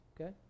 okay